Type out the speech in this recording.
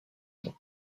nom